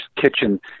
kitchen